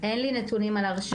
אין לי נתונים על הרשעות.